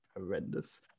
horrendous